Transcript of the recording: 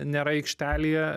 nėra aikštelėje